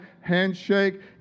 handshake